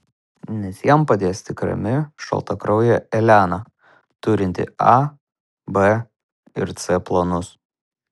nes jam padės tik rami šaltakraujė elena turinti a b ir c planus